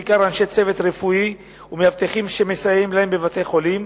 בעיקר אנשי צוות רפואי ומאבטחים שמסייעים להם בבתי-חולים,